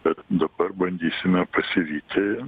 bet dabar bandysime pasivyti